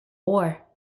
war